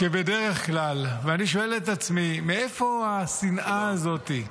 כבדרך כלל, ואני שואל את עצמי: מאיפה השנאה הזאת?